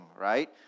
right